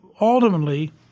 ultimately